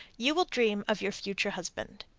you will dream of your future husband.